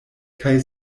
kaj